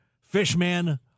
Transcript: Fishman